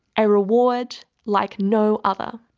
a reward like no other'.